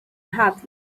happy